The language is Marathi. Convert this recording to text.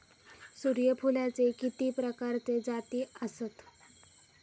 सूर्यफूलाचे किती प्रकारचे जाती आसत?